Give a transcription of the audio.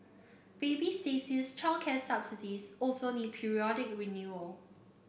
baby Stacey's childcare subsidies also need periodic renewal